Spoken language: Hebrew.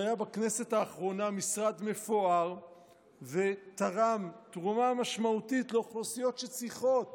שהיה בכנסת האחרונה משרד מפואר ותרם תרומה משמעותית לאוכלוסיות שצריכות